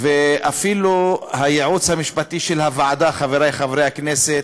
ואפילו הייעוץ המשפטי, חברי חברי הכנסת,